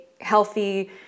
healthy